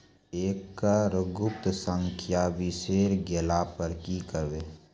एकरऽ गुप्त संख्या बिसैर गेला पर की करवै?